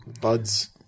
Buds